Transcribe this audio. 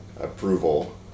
approval